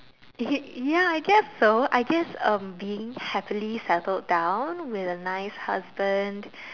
it ya I guess so I guess um being happily settled down with a nice husband